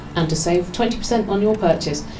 and to save twenty percent on your purchase,